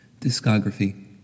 Discography